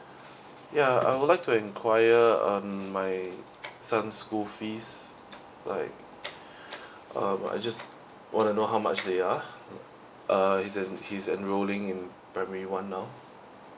ya I would like to enquire um my son school fees like um I just wanna know how much they are uh he's he's enrolling in primary one now